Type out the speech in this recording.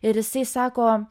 ir jisai sako